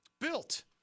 built